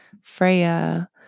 Freya